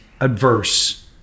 adverse